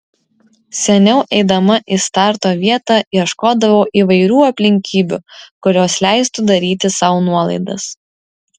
seniau eidama į starto vietą ieškodavau įvairių aplinkybių kurios leistų daryti sau nuolaidas